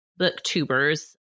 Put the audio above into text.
booktubers